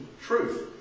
truth